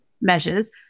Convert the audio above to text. measures